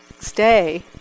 stay